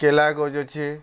କେଲା ଗଛ୍ ଅଛେ